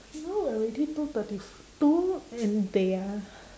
now already two thirty f~ two and they are